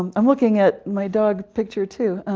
i'm looking at my dog picture too.